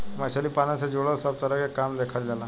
मछली पालन से जुड़ल सब तरह के काम देखल जाला